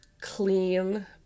clean